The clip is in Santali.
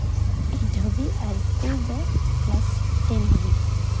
ᱮᱭᱤᱴ ᱦᱟᱹᱵᱤᱡ ᱟᱨ ᱤᱥᱠᱩᱞ ᱫᱚ ᱠᱞᱟᱥ ᱴᱮᱱ ᱦᱟᱹᱵᱤᱡ